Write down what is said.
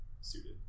suited